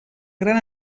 gran